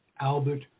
Albert